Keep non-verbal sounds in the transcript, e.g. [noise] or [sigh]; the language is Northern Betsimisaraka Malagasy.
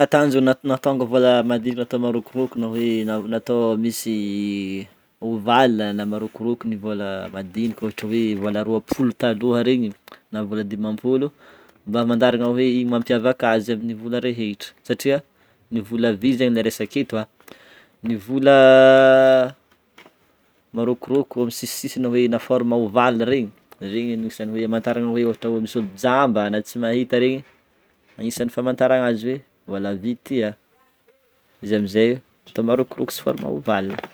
Ny tanjony antony nahatônga vola madinika ato marokoroko na hoe natao misy ovale na marokoroko ny vola madinika ohatra hoe vola rôpolo taloha regny na vola dimampolo mba hamantaragna hoe igny mampiavaka anazy amin'ny vola rehetra satria ny vola vy zany ny resaka eto a, ny vola [hesitation] marokoroko amin'ny sisisisiny na hoe forme ovale regny, regny no isany hoe amantaragna hoe ohatra hoe misy ôlo jamba na tsy mahita regny agnisany famantarana azy hoe vola vy ity a, izy amize ato marokoroko sy forme ovale.